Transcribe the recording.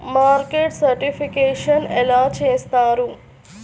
Market certification ఎలా చేస్తారు?